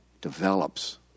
develops